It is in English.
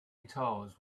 guitars